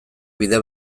bide